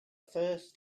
first